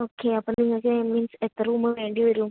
okay അപ്പോൾ നിങ്ങൾക്ക് means എത്ര റൂമ് വേണ്ടി വരും